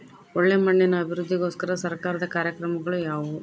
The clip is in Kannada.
ಒಳ್ಳೆ ಮಣ್ಣಿನ ಅಭಿವೃದ್ಧಿಗೋಸ್ಕರ ಸರ್ಕಾರದ ಕಾರ್ಯಕ್ರಮಗಳು ಯಾವುವು?